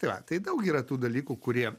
tai va tai daug yra tų dalykų kurie